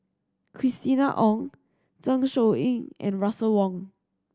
Christina Ong Zeng Shouyin and Russel Wong